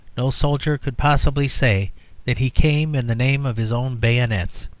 no soldier could possibly say that he came in the name of his own bayonets.